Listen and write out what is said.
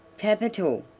capital!